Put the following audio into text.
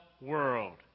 world